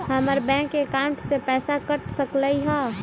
हमर bank account से पैसा कट सकलइ ह?